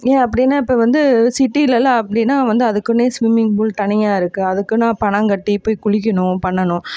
ஏன் அப்படினா இப்போ வந்து சிட்டிலேலாம் அப்படினா வந்து அதுக்குனே ஸ்மிவிங்ஃபுல் தனியாக இருக்குது அதுக்குன்னு பணம் கட்டி போய் குளிக்கணும் பண்ணனும்